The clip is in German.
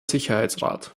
sicherheitsrat